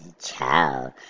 child